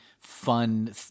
Fun